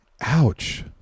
Ouch